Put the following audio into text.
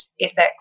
ethics